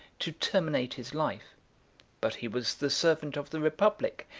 to terminate his life but he was the servant of the republic,